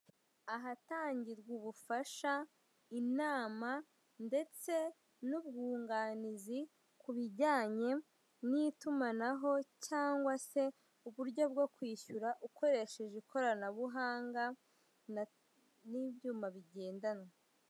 Ahatangirwa ubufasha, inama ndetse n'ubwunganizi ku bijyanye n'itumanaho cyangwa se uburyo bwo kwishyura ukoresheje ikoranabuhanga n'ibyuma bigendwa.